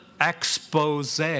expose